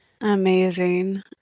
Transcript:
Amazing